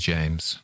James